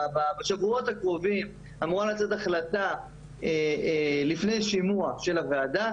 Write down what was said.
שבשבועות הקרובים אמורה לצאת החלטה לפני שימוע של הוועדה.